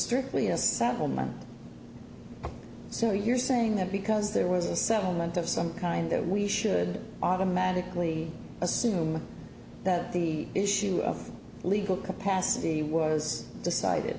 strictly a settlement so you're saying that because there was a settlement of some kind that we should automatically assume that the issue of legal capacity was decided